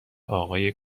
آقای